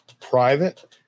private